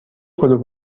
کلوب